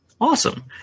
Awesome